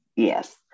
Yes